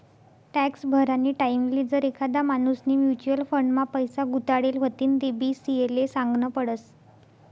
tax भरानी टाईमले जर एखादा माणूसनी म्युच्युअल फंड मा पैसा गुताडेल व्हतीन तेबी सी.ए ले सागनं पडस